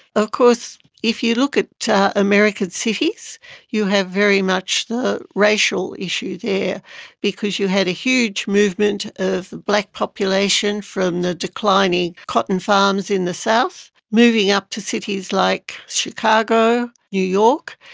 of course if you look at american cities you have very much the racial issue there because you had a huge movement of black population from the declining cotton farms in the south, moving up to cities like chicago, new york.